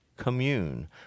Commune